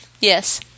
Yes